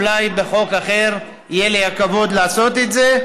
אולי בחוק אחר יהיה לי הכבוד לעשות את זה.